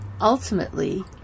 ultimately